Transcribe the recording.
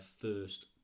first